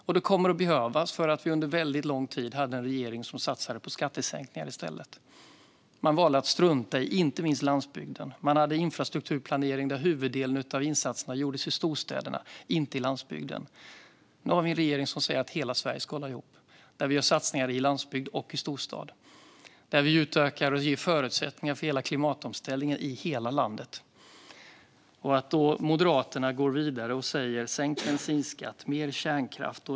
Och det kommer att behövas eftersom Sverige under lång tid hade en regering som i stället satsade på skattesänkningar. Man valde att strunta i inte minst landsbygden. Man hade en infrastrukturplanering där huvuddelen av insatserna gjordes i storstäderna, inte i landsbygden. Nu har vi en regering som säger att hela Sverige ska hålla ihop. Vi gör satsningar i landsbygd och i storstad. Vi utökar och ger förutsättningar för klimatomställningen i hela landet. Då går Moderaterna vidare och säger: Sänkt bensinskatt! Mer kärnkraft!